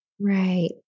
Right